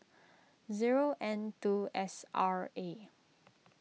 zero N two S R A